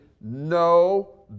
no